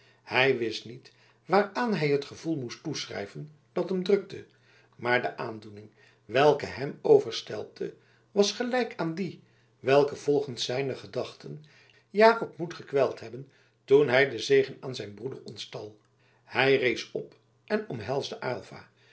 hij wist niet waaraan hij het gevoel moest toeschrijven dat hem drukte maar de aandoening welke hem overstelpte was gelijk aan die welke volgens zijne gedachten jakob moet gekweld hebben toen hij den zegen aan zijn broeder ontstal hij rees op en omhelsde aylva